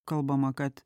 kalbama kad